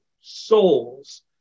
souls